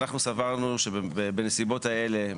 אנחנו סברנו שבנסיבות האלה,